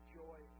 joy